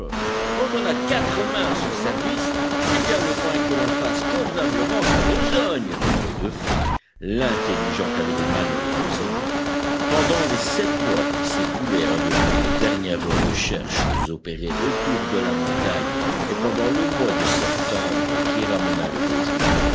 quand on a quatre mains à son service c'est bien le moins que l'on fasse convenablement sa besogne et de fait l'intelligent quadrumane le faisait bien pendant les sept mois qui s'écoulèrent depuis les dernières recherches opérées autour de la montagne et pendant le mois de septembre qui ramena les beaux jours